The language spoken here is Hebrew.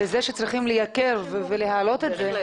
בזה שצריכים לייקר ולהעלות את זה.